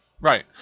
right